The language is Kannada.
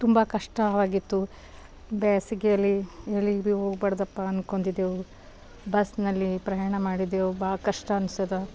ತುಂಬ ಕಷ್ಟವಾಗಿತ್ತು ಬೇಸಿಗೆಯಲ್ಲಿ ಎಲ್ಲಿಗೂ ಹೋಗಬಾರ್ದಪ್ಪಾ ಅಂದ್ಕೊಂಡಿದ್ದೆವು ಬಸ್ನಲ್ಲಿ ಪ್ರಯಾಣ ಮಾಡಿದ್ದೆವು ಭಾಳ ಕಷ್ಟ ಅನ್ನಿಸ್ಯದ